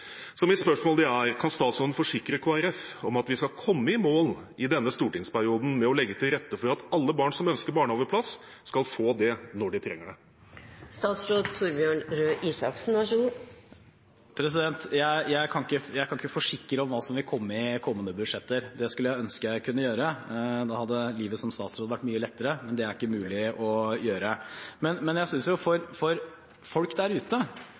Så mitt spørsmål er: Kan statsråden forsikre Kristelig Folkeparti om at vi skal komme i mål i denne stortingsperioden med å legge til rette for at alle foreldre som ønsker barnehageplass, skal få det når de trenger det? Jeg kan ikke forsikre om hva som vil komme i kommende budsjetter. Det skulle jeg ønske jeg kunne gjøre, da hadde livet som statsråd vært mye lettere, men det er det ikke mulig å gjøre. Men jeg synes at folk der ute